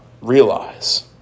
realize